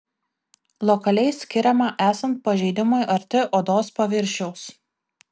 lokaliai skiriama esant pažeidimui arti odos paviršiaus